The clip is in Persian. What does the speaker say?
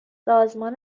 سازمان